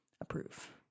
Approve